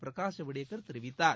பிரகாஷ் ஐவ்டேகர் தெரிவித்தார்